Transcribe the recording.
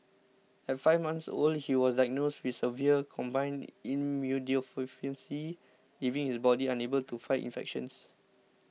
at five months old he was diagnosed with severe combined immunodeficiency leaving his body unable to fight infections